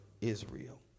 Israel